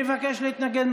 להתנגד?